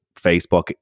Facebook